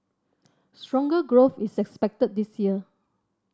stronger growth is expected this year